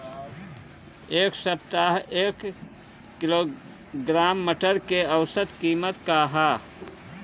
एक सप्ताह एक किलोग्राम मटर के औसत कीमत का ह?